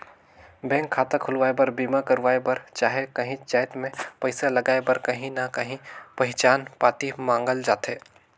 bank खाता खोलवाए बर, बीमा करवाए बर चहे काहींच जाएत में पइसा लगाए बर काहीं ना काहीं पहिचान पाती मांगल जाथे